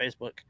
Facebook